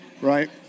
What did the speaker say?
right